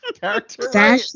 character